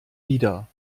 wieder